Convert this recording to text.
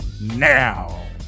now